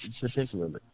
particularly